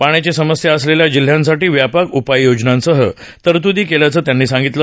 पाण्याची असमस्या असलेल्या जिल्ह्यांसाठी व्यापक उपाययोजनांसह तरतुदी केल्याचं त्यांनी सांगितलं